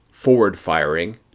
forward-firing